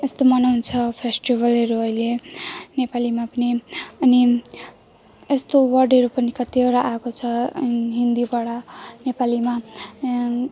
यस्तो मनाउँछ फेस्टिभलहरू अहिले नेपालीमा पनि अनि यस्तो वर्डहरू पनि कतिवटा आएको छ हिन्दीबाट नेपालीमा